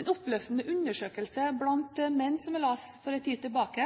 En oppløftende undersøkelse blant menn, som jeg leste for en tid tilbake,